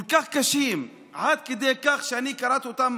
כל כך קשים, עד כדי כך שאני קראתי אותם